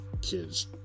kids